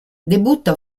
debutta